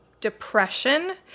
depression